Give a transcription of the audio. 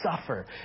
suffer